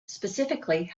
specifically